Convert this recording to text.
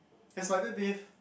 that's why today's